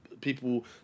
people